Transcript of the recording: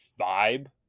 vibe